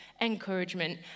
encouragement